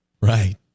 Right